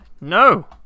No